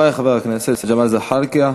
תודה רבה לחבר הכנסת ג'מאל זחאלקה.